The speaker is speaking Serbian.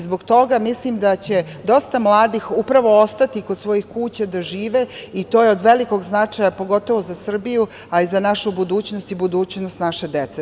Zbog toga mislim da će dosta mladih upravo ostati i kod svojih kuća da žive i to je od velikog značaja pogotovo za Srbiju, a i za našu budućnost i budućnost naše dece.